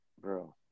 Bro